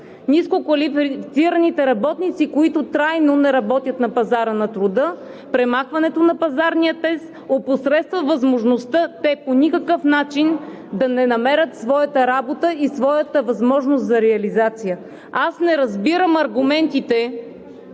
ниско квалифицираните работници, които трайно не работят на пазара на труда. Премахването на пазарния тест опосредства възможността по никакъв начин те да намерят своята работа и своята възможност за реализация. Аз не разбирам аргументите